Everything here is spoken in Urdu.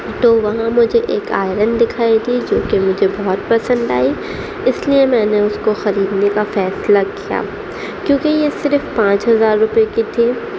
تو وہاں مجھے ایک آئرن دکھائی دی جو کہ مجھے بہت پسند آئی اس لیے میں نے اس کو خریدنے کا فیصلہ کیا کیونکہ یہ صرف پانچ ہزار روپیے کی تھی